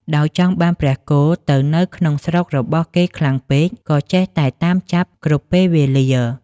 ដោយចង់បានព្រះគោទៅនៅក្នុងស្រុករបស់គេខ្លាំងពេក ក៏ចេះតែតាមចាប់គ្រប់ពេលវេលា។